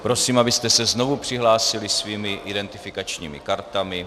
Prosím, abyste se znovu přihlásili svými identifikačními kartami.